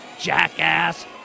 jackass